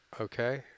Okay